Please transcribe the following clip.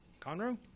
Conroe